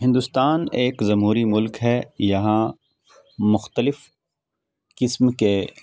ہندوستان ایک جمہوری ملک ہے یہاں مختلف قسم کے